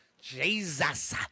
Jesus